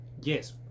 yes